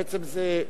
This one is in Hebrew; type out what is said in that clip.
בעצם זה,